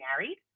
married